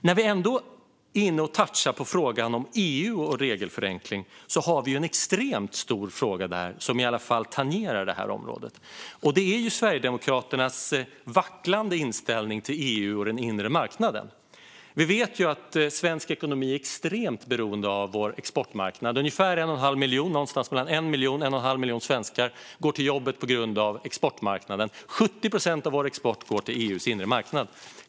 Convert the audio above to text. När vi ändå touchar EU och regelförenkling finns det en stor fråga som åtminstone tangerar detta område. Det handlar om Sverigedemokraternas vacklande inställning till EU och den inre marknaden. Vi vet att svensk ekonomi är extremt beroende av vår exportmarknad. Nära 1,5 miljoner svenskar går till jobbet tack vare exportmarknaden, och 70 procent av vår export går till EU:s inre marknad.